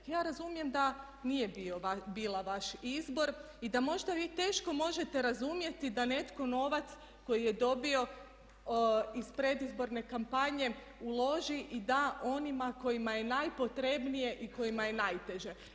Ja razumijem da nije bila vaš izbor i da možda vi teško možete razumjeti da netko novac koji je dobio iz predizborne kampanje uloži i da onima kojima je najpotrebnije i kojima je najteže.